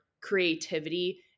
creativity